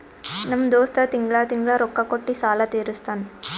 ನಮ್ ದೋಸ್ತ ತಿಂಗಳಾ ತಿಂಗಳಾ ರೊಕ್ಕಾ ಕೊಟ್ಟಿ ಸಾಲ ತೀರಸ್ತಾನ್